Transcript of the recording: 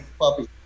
puppy